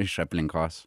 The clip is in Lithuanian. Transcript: iš aplinkos